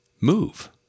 move